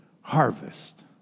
harvest